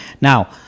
Now